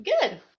good